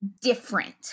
different